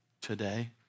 today